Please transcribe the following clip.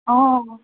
অঁ